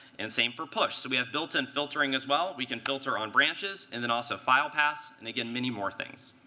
and same for push. so we have built-in filtering, as well. we can filter on branches and then also file paths, and again, many more things.